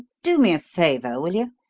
do me a favour, will you?